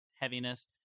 heaviness